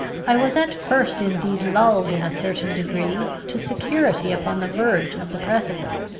i was at first indeed lulled in a certain degree to security upon the verge of the precipice.